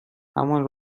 همان